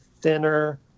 thinner